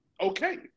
okay